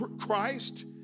Christ